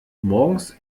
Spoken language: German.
morgens